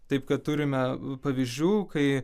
taip kad turime pavyzdžių kai